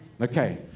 okay